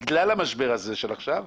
בגלל המשבר הזה שמתקיים עכשיו,